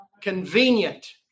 Convenient